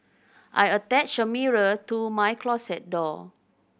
I attached a mirror to my closet door